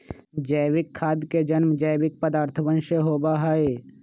जैविक खाद के जन्म जैविक पदार्थवन से होबा हई